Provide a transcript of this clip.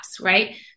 right